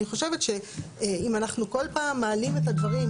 אני חושבת שאם אנחנו כל פעם מעלים את הדברים,